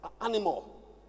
animal